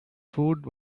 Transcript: food